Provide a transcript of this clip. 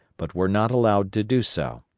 but were not allowed to do so.